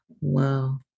Wow